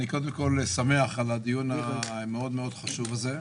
קודם כול, אני שמח על הדיון החשוב הזה.